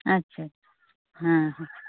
ᱟᱪᱪᱷᱟ ᱦᱮᱸ